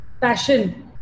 Passion